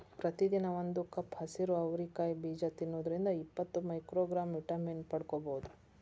ಪ್ರತಿದಿನ ಒಂದು ಕಪ್ ಹಸಿರು ಅವರಿ ಕಾಯಿ ಬೇಜ ತಿನ್ನೋದ್ರಿಂದ ಇಪ್ಪತ್ತು ಮೈಕ್ರೋಗ್ರಾಂ ವಿಟಮಿನ್ ಪಡ್ಕೋಬೋದು